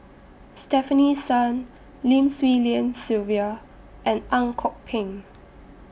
Stefanie Sun Lim Swee Lian Sylvia and Ang Kok Peng